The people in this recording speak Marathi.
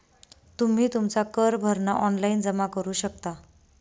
तुम्ही तुमचा कर भरणा ऑनलाइन जमा करू शकता